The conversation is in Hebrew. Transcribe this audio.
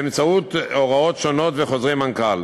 באמצעות הוראות שונות וחוזרי מנכ"ל.